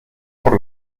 por